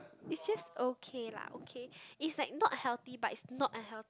is just okay lah okay it's like not healthy but is not unheal~